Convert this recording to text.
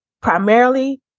primarily